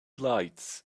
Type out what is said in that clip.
lights